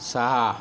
सहा